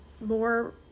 more